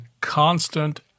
constant